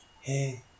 Hey